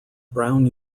brown